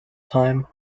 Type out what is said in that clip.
time